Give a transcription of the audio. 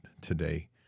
today